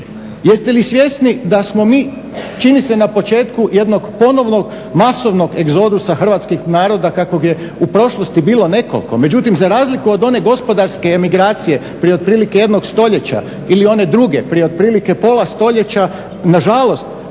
Jeste li svjesni da smo mi čini se na početku jednog ponovnog masovnog egzodusa hrvatskih naroda kakvih je u prošlosti bilo nekoliko. Međutim, za razliku od one gospodarske emigracije prije otprilike jednog stoljeća ili one druge prije otprilike pola stoljeća nažalost